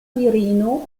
virino